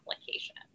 application